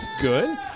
Good